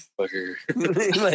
fucker